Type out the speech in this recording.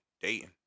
dating